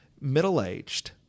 middle-aged